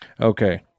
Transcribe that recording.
Okay